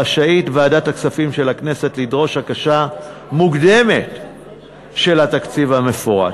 רשאית ועדת הכספים של הכנסת לדרוש הגשה מוקדמת של התקציב המפורט.